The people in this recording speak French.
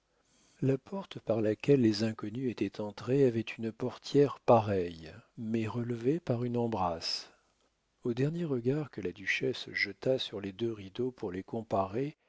la porte par laquelle les inconnus étaient entrés avait une portière pareille mais relevée par une embrasse au dernier regard que la duchesse jeta sur les deux rideaux pour les comparer